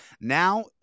now